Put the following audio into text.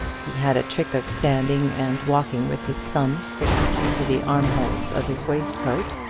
he had a trick of standing and walking with his thumbs fixed into the armholes of his waistcoat,